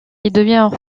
devient